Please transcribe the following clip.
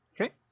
Okay